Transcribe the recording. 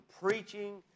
preaching